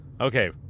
okay